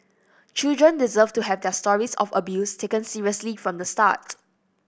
children deserve to have their stories of abuse taken seriously from the start